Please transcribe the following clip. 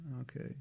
okay